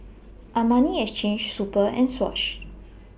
Armani Exchange Super and Swatch